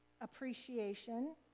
appreciation